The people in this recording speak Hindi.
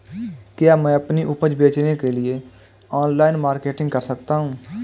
क्या मैं अपनी उपज बेचने के लिए ऑनलाइन मार्केटिंग कर सकता हूँ?